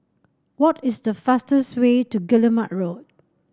what is the fastest way to Guillemard Road